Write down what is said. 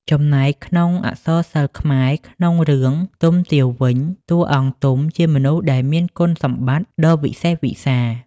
ចំណែកក្នុងអក្សរសិល្ប៍ខ្មែរក្នុងរឿង ទុំទាវវិញ តួអង្គ ទុំ ជាមនុស្សដែលមានគុណសម្បត្តិដ៏វិសេសវិសាល។។